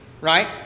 Right